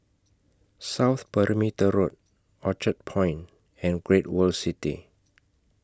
South Perimeter Road Orchard Point and Great World City